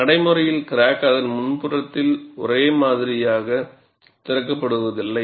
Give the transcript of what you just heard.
நடைமுறையில் கிராக் அதன் முன்புறத்தில் ஒரே மாதிரியாக திறக்கப்படுவதில்லை